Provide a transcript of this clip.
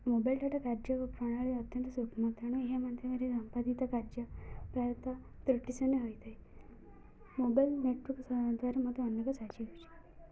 mobile data କାର୍ଯ୍ୟ ପ୍ରଣାଳୀ ଅତ୍ୟନ୍ତ ତେଣୁ ଏହା ମାଧ୍ୟମରେ ସମ୍ପାଦିତ କାର୍ଯ୍ୟ ପ୍ରାୟତଃ ତ୍ରୁଟିଶୂନ୍ୟ ହୋଇଥାଏ ମୋବାଇଲ୍ ନେଟୱାର୍କ ଦ୍ଵାରା ମୋତେ ଅନେକ ସାହାଯ୍ୟ ହେଉଛିି